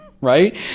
right